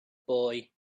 boy